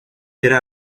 era